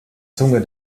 zunge